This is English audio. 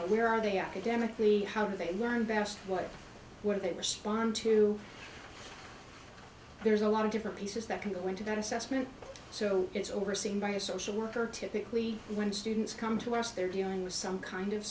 know where are they academically how do they learn best what were they respond to there's a lot of different pieces that can go into that assessment so it's overseen by a social worker typically when students come to us they're dealing with some kind of